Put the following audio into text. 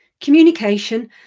communication